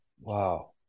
wow